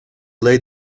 laid